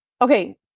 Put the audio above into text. Okay